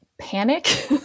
Panic